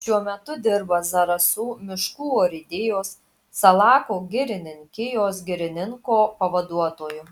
šiuo metu dirba zarasų miškų urėdijos salako girininkijos girininko pavaduotoju